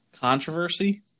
Controversy